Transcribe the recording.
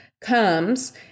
comes